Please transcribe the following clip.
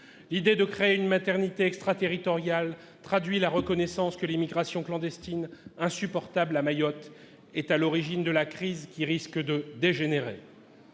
L'idée de créer une maternité extraterritoriale traduit la reconnaissance que l'immigration clandestine, insupportable à Mayotte, est à l'origine de cette crise, qui risque de dégénérer.